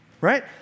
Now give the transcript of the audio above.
Right